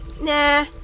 Nah